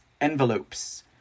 envelopes